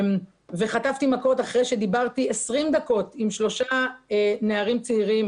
חטפתי מכות אחרי שדיברתי 20 דקות עם שלושה נערים צעירים,